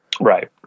Right